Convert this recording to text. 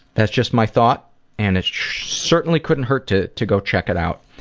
that's just my thought and it certainly couldn't hurt to to go check it out.